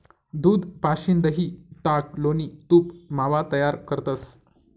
दूध पाशीन दही, ताक, लोणी, तूप, मावा तयार करतंस